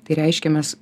tai reiškia mes